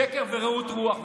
שקר ורעות רוח.